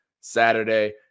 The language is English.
saturday